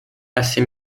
assez